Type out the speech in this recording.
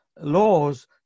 laws